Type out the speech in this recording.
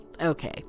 Okay